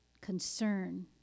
concern